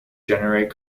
generate